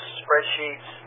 spreadsheets